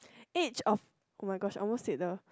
age of oh-my-gosh almost said the